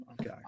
Okay